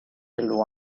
till